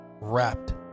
wrapped